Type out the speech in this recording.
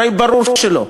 הרי ברור שלא.